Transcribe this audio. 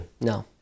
no